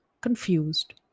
confused